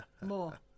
More